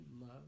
love